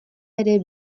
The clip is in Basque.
ere